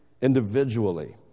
individually